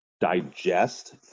digest